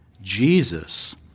Jesus